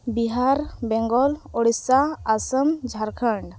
Bihar Bengal Orissa Assam Jharkhand